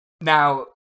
Now